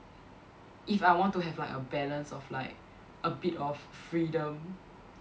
if I want to have like a balance of like a bit of freedom